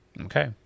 Okay